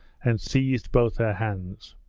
and seized both her hands.